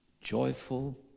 joyful